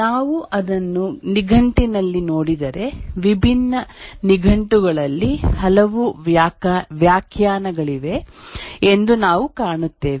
ನಾವು ಅದನ್ನು ನಿಘಂಟಿನಲ್ಲಿ ನೋಡಿದರೆ ವಿಭಿನ್ನ ನಿಘಂಟುಗಳಲ್ಲಿ ಹಲವು ವ್ಯಾಖ್ಯಾನಗಳಿವೆ ಎಂದು ನಾವು ಕಾಣುತ್ತೇವೆ